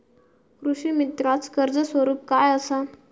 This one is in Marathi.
कृषीमित्राच कर्ज स्वरूप काय असा?